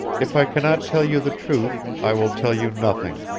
if i can not tell you the truth i will tell you nothing.